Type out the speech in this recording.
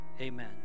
Amen